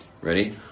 Ready